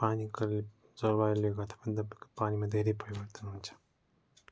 पानी करिब जलवायुले गर्दा पनि तपाईँको पानीमा धेरै परिवर्तन हुन्छ